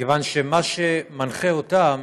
מכיוון שמה שמנחה אותם